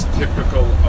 typical